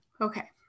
Okay